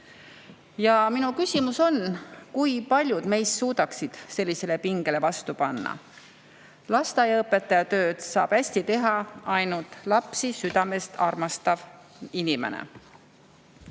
minu küsimus on, kui paljud meist suudaksid sellisele pingele vastu panna. Lasteaiaõpetaja tööd saab hästi teha ainult lapsi südamest armastav inimene.